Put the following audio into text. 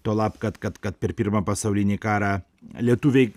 tuolab kad kad kad per pirmą pasaulinį karą lietuviai